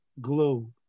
glow